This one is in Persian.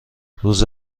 روز